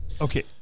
Okay